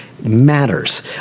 Matters